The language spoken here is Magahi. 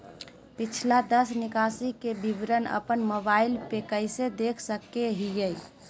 पिछला दस निकासी के विवरण अपन मोबाईल पे कैसे देख सके हियई?